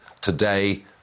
today